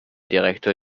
direktor